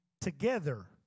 together